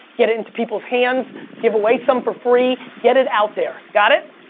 get it in to people's hands give away some for free, get it out there. got it?